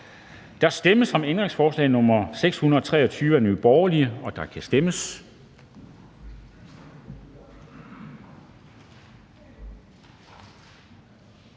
Der stemmes om ændringsforslag nr. 623 af NB, og der kan stemmes.